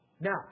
Now